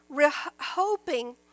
Hoping